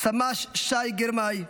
סמ"ש שי גרמאי,